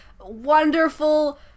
wonderful